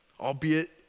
Albeit